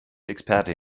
experte